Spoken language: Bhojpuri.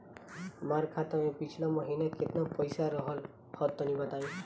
हमार खाता मे पिछला महीना केतना पईसा रहल ह तनि बताईं?